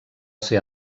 ser